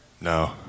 No